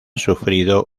sufrido